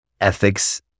ethics